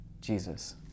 Jesus